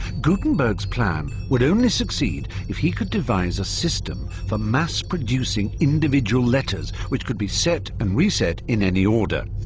gutenberg's plan would only succeed if he could devise a system for mass-producing individual letters which could be set and reset in any order.